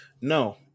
No